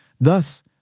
Thus